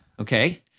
okay